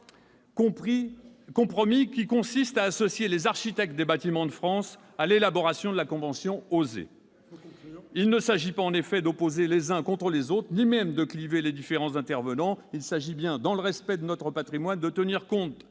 compromis qui consiste à associer les architectes des Bâtiments de France à l'élaboration de la convention « OSER ». Il faut conclure ! Il ne s'agit pas en effet d'opposer les uns aux autres, ni même de « cliver » les différents intervenants. Il s'agit bien, dans le respect de notre patrimoine, de tenir compte